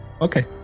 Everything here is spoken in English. Okay